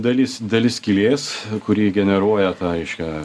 dalis dalis skylės kuri generuoja tą reiškia